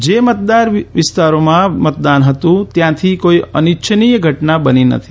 જે મતદાર વિસ્તારોમાં મતદાન હતું ત્યાંથી કોઇ અનિચ્છનીય ઘટના બની નથી